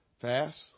fast